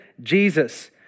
Jesus